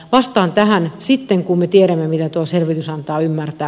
vastaan tähän sitten kun me tiedämme mitä tuo selvitys antaa ymmärtää